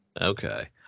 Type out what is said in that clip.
Okay